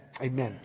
Amen